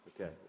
Okay